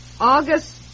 August